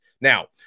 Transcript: Now